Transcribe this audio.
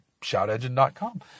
shoutengine.com